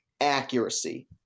accuracy